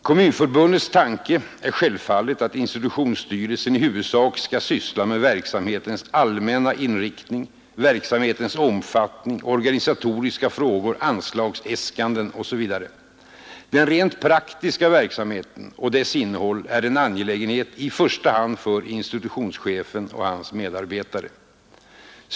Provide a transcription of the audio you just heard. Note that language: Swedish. Kommunförbundets tanke är självfallet att institutionsstyrelserna i huvudsak skall syssla med verksamhetens allmänna inriktning, verksamhetens omfattning, organisatoriska frågor, anslagsäskanden osv. Den rent praktiska verksamheten och dess innehåll är en angelägenhet i första hand för institutionschefen och hans medarbetare.